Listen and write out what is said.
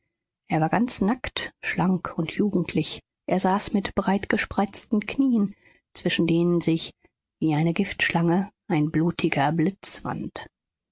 er war ganz nackt schlank und jugendlich er saß mit breitgespreizten knieen zwischen denen sich wie eine giftschlange ein blutiger blitz wand